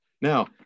now